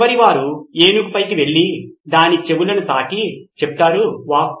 చివరి వారు ఏనుగు పైకి వెళ్లి దాని చెవులను తాకి చెప్తారు వావ్